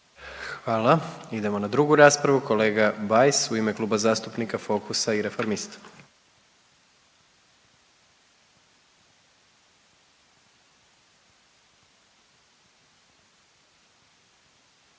Hvala. Idemo na 2. raspravu. Kolega Bajs u ime Kluba zastupnika Fokusa i Reformista. **Bajs,